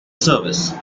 service